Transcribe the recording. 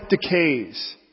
decays